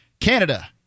Canada